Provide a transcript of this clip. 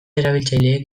erabiltzaileek